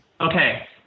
Okay